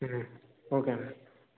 okay అన్న